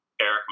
Eric